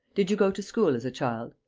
did you go to school as a child?